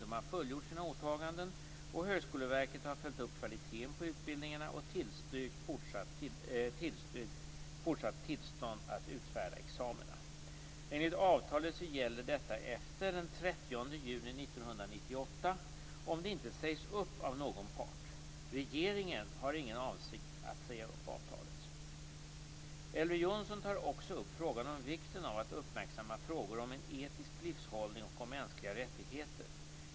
De har fullgjort sina åtaganden, och Högskoleverket har följt upp kvaliteten på utbildningarna och tillstyrkt fortsatt tillstånd att utfärda examina. Enligt avtalet gäller detta efter den 30 juni 1998 om det inte sägs upp av någon part. Regeringen har ingen avsikt att säga upp avtalet. Elver Jonsson tar också upp frågan om vikten av att uppmärksamma frågor om en etisk livshållning och om mänskliga rättigheter.